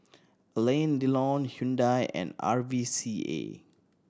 Alain Delon Hyundai and R V C A